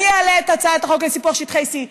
אני אעלה את הצעת החוק לסיפוח שטחי C,